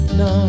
no